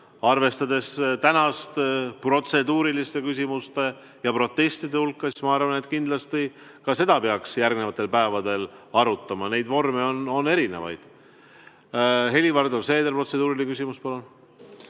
Arvestades tänast protseduuriliste küsimuste ja protestide hulka ma arvan, et kindlasti seda peaks järgnevatel päevadel arutama. Neid vorme on erinevaid. Helir-Valdor Seeder, protseduuriline küsimus, palun!